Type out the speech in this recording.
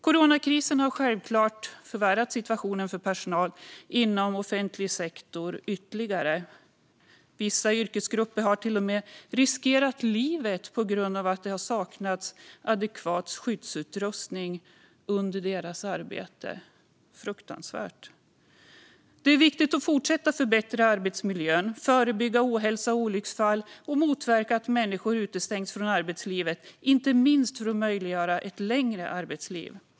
Coronakrisen har självklart förvärrat situationen ytterligare för personal inom offentlig sektor. Vissa yrkesgrupper har till och med riskerat livet på grund av att det har saknats adekvat skyddsutrustning under deras arbete. Det är fruktansvärt. Det är viktigt att fortsätta förbättra arbetsmiljön, förebygga ohälsa och olycksfall samt motverka att människor utestängs från arbetslivet, inte minst för att möjliggöra ett längre arbetsliv.